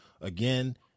again